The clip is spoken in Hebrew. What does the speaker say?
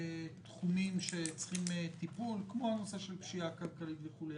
תחומים שצריכים טיפול כמו הנושא של פשיעה כלכלית וכולי.